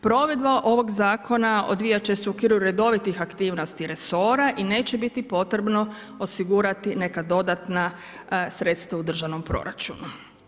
Provedba ovog zakona odvijat će se u okviru redovitih aktivnosti resora i neće biti potrebno osigurati neka dodatna sredstva u državnom proračunu.